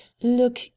look